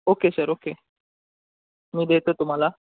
okay sir okay मी देतो तुम्हाला